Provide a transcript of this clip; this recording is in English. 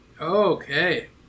Okay